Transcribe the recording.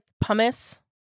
pumice